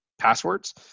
passwords